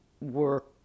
work